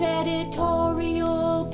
editorial